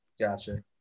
Gotcha